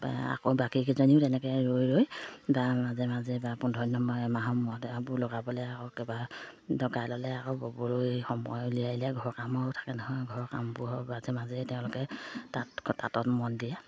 বা আকৌ বাকীকেইজনীও তেনেকৈ ৰৈ ৰৈ বা মাজে মাজে বা পোন্ধৰ দিনৰ মূৰত এমাহৰ মূৰত লগাবলৈ আকৌ কেইবা ডকাই ল'লে আকৌ বৰ সময় উলিয়াই লৈ ঘৰৰ কামো থাকে নহয় ঘৰ কামবোৰ মাজে মাজে তেওঁলোকে তাঁত তাঁতত মন দিয়ে